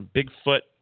Bigfoot